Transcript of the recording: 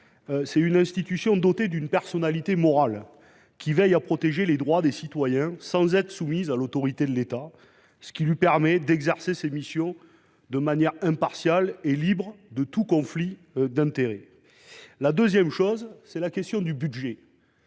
est une institution dotée de la personnalité morale qui veille à protéger les droits des citoyens sans être soumise à l’autorité de l’État, ce qui lui permet d’exercer ses missions de manière impartiale et libre de tout conflit d’intérêts. Ensuite, le statut d’API permet